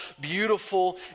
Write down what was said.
beautiful